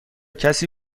کسی